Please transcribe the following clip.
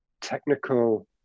technical